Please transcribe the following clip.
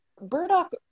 Burdock